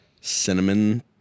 cinnamon